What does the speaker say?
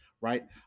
right